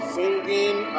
singing